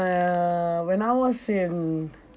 uh when I was in